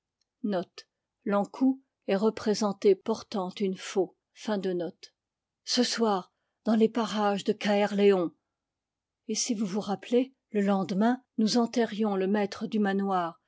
l'ankou ce soir dans les parages de çaërléon et si vous vous rappelez le lendemain nous enterrions le maître du manoir